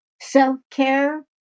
Self-care